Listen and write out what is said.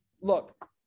Look